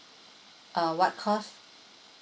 uh what cost